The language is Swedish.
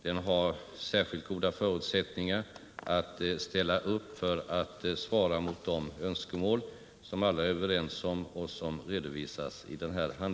Den har särskilt goda förutsättningar att ställa upp för att svara mot de önskemål som alla är överens om och som redovisas här.